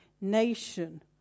nation